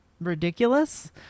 ridiculous